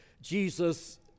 Jesus